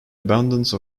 abundance